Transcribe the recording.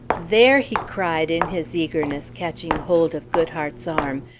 there, he cried, in his eagerness catching hold of goodhart's arm,